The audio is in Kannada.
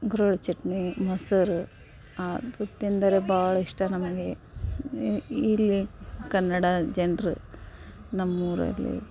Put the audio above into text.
ಗುರೆಳ್ಳು ಚಟ್ನಿ ಮೊಸರು ಆ ಭಾಳ ಇಷ್ಟ ನಮಗೆ ಇಲ್ಲಿ ಕನ್ನಡ ಜನ್ರು ನಮ್ಮ ಊರಲ್ಲಿ